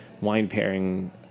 wine-pairing